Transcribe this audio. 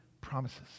promises